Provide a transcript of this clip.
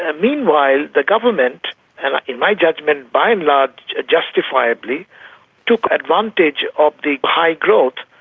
ah meanwhile, the government and in my judgement by-and-large justifiably took advantage of the high growth,